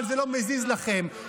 אתה לא הרב שלי ולא קרוב אליו.